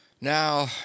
Now